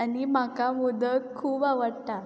आनी म्हाका मोदक खूब आवडटा